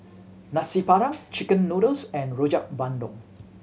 Nasi Padang chicken noodles and Rojak Bandung